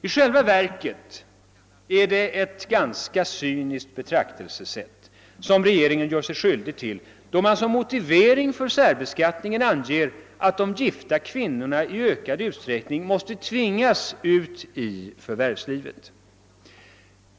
I själva verket är det ett ganska cyniskt betraktelsesätt som regeringen gör sig skyldig till då den som motivering för särbeskattningen anger att de gifta kvinnorna i ökad utsträckning måste tvingas ut i förvärvslivet.